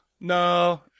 No